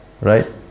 right